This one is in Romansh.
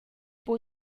buca